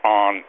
on